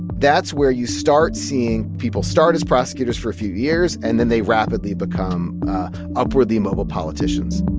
that's where you start seeing people start as prosecutors for a few years, and then they rapidly become upwardly mobile politicians